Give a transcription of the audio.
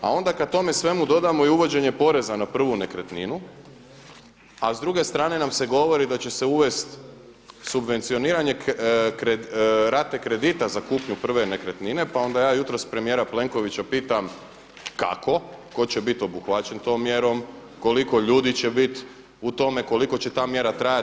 A onda kad tome svemu dodamo i uvođenje poreza na prvu nekretninu a s druge stane nam se govori da će se uvesti subvencioniranje rate kredita za kupnju prve nekretnine, pa onda ja jutros premijera Plenkovića pitam kako, ko će biti obuhvaćen tom mjerom, koliko ljudi će biti u tome, koliko će ta mjera trajati?